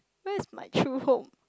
where is my true home